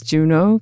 Juno